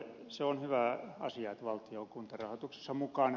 se on hyvä asia että valtio on kuntarahoituksessa mukana